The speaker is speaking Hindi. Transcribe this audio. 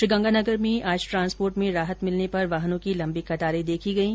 श्रीगंगानगर में आज ट्रांसपोर्ट में राहत मिलने पर वाहनों की लम्बी कतारें देखी गयी